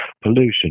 Pollution